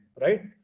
right